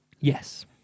yes